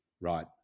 Right